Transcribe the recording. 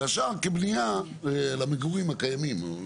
והשאר כבניה למגורים הקיימים.